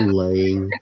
laying